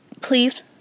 please